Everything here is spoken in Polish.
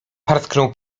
parsknął